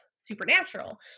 supernatural